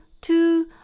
two